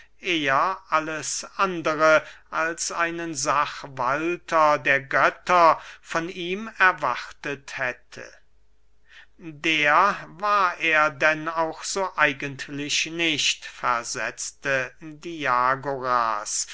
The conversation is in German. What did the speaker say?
eher alles andere als einen sachwalter der götter von ihm erwartet hätte der war er denn auch so eigentlich nicht versetzte